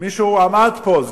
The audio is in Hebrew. מישהו עמד פה,